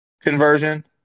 conversion